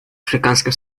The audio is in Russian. африканским